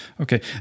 Okay